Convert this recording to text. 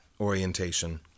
orientation